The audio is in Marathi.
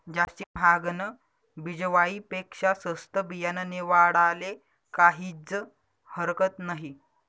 जास्ती म्हागानं बिजवाई पेक्शा सस्तं बियानं निवाडाले काहीज हरकत नही